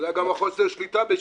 אולי גם חוסר השליטה בשליטה.